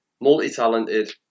multi-talented